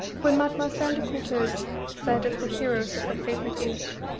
when mademoiselle de courteheuse said of the heroes of her favourite age,